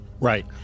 Right